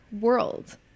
world